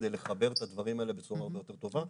בשביל לחבר את הדברים האלה בצורה הרבה יותר טובה.